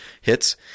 hits